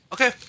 Okay